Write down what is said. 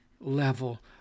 level